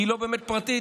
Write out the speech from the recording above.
היא לא באמת פרטית.